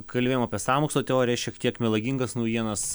kalbėjom apie sąmokslo teoriją šiek tiek melagingas naujienas